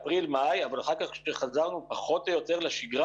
באפריל-מאי אבל אחר כך כשחזרנו פחות או יותר לשגרה,